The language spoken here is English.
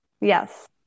Yes